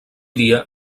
dia